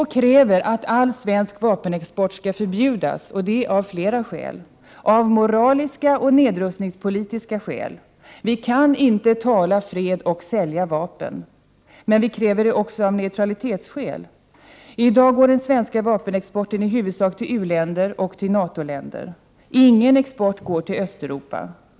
Vpk kräver att all svensk vapenexport skall förbjudas och detta av flera skäl — av moraliska och nedrustningspolitiska inte minst. Vi kan inte tala om fred och samtidigt sälja vapen. Men även av neutralitetsskäl kräver vi i vpk att Sverige inte skall göra det. I dag går den svenska vapenexporten i huvudsak till u-länder och till NATO-länder. Ingen export går till Östeuropa.